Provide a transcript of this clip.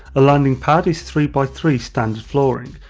a landing pad is three by three standard flooring,